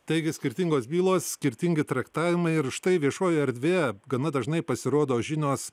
taigi skirtingos bylos skirtingi traktavimai ir štai viešojoje erdvėje gana dažnai pasirodo žinios